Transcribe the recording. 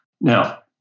now